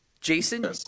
Jason